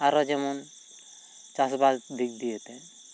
ᱟᱨᱚ ᱡᱮᱢᱚᱱ ᱪᱟᱥ ᱵᱟᱥ ᱫᱤᱜᱽᱫᱤᱭᱮ ᱛᱮ